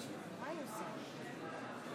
אני קובע שהצעת חוק